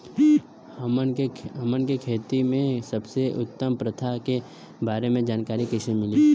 हमन के खेती में सबसे उत्तम प्रथा के बारे में जानकारी कैसे मिली?